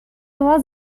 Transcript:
was